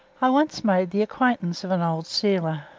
i once made the acquaintance of an old sealer.